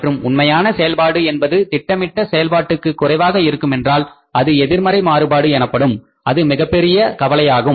மற்றும் உண்மையான செயல்பாடு என்பது திட்டமிட்ட செயல் பாட்டுக்கு குறைவாக இருக்குமென்றால் அது எதிர்மறை மாறுபாடு எனப்படும் அது மிகப்பெரிய கவலையாகும்